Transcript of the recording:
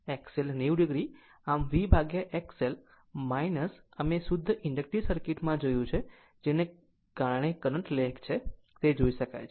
આમ VXL ખૂણો અમે શુદ્ધ ઇન્ડકટીવ સર્કિટ માં જોયું છે જેને આપણે કરંટ લેગ છે તે જોઇ શકાય છે